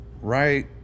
right